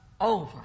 over